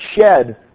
shed